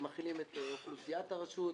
שמכילים את אוכלוסיית הרשות,